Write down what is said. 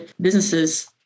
businesses